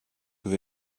with